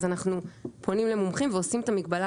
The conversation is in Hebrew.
אז אנחנו פונים למומחים ועושים את המגבלה